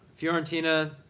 Fiorentina